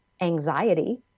anxiety